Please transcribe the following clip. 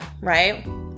right